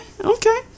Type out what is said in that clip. Okay